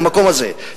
במקום הזה,